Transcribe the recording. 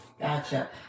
Gotcha